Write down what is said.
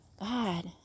God